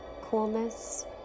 coolness